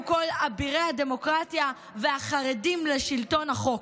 כל אבירי הדמוקרטיה והחרדים לשלטון החוק.